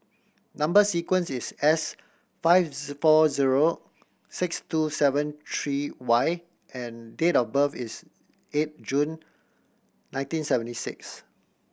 number sequence is S five four zero six two seven three Y and date of birth is eight June nineteen seventy six